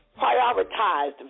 prioritized